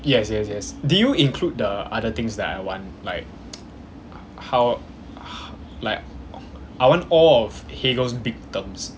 yes yes yes did you include the other things that I want like how like I want all of hegel's big terms